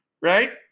Right